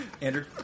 Andrew